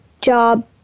job